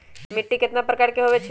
मिट्टी कतना प्रकार के होवैछे?